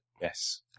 Yes